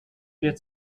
der